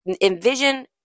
Envision